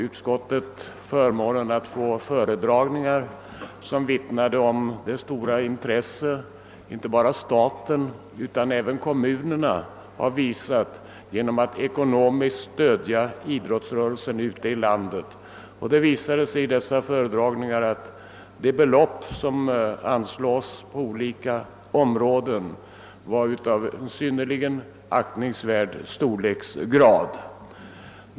Utskottet hade förmånen att få föredragningar, som vittnade om det stora intresse inte bara staten utan även kommunerna har visat genom att ekonomiskt stödja idrottsrörelsen i landet; det framkom att de belopp som anslås på olika områden hade synnerligen aktningsvärd storlek.